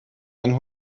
einen